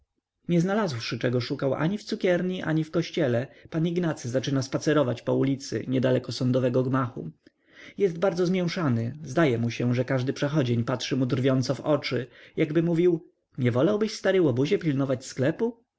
nie znalazłszy czego szukał ani w cukierni ani w kościele pan ignacy zaczyna spacerować po ulicy niedaleko sądowego gmachu jest bardzo zmięszany zdaje mu się że każdy przechodzień patrzy mu drwiąco w oczy jakby mówił nie wolałbyśto stary łobuzie pilnować sklepu